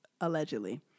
allegedly